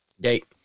Date